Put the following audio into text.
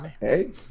hey